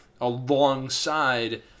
alongside